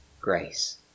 grace